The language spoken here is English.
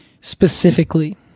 Specifically